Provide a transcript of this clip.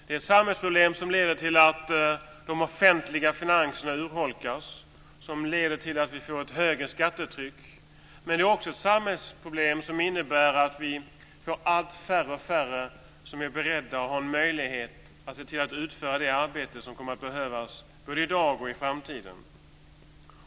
Det är ett samhällsproblem som leder till att de offentliga finanserna urholkas, som leder till att vi får ett högre skattetryck. Men det är också ett samhällsproblem som innebär att vi får allt färre som är beredda och har möjlighet att utföra det arbete som kommer att behövas både i dag och i framtiden.